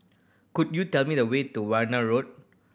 could you tell me the way to Warna Road